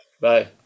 Bye